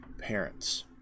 parents